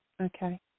Okay